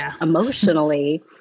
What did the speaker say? emotionally